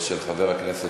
ואז נברר,